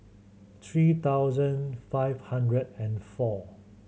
three thousand five hundred and four